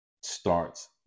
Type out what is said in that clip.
starts